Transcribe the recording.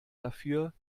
dafür